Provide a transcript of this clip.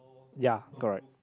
ya correct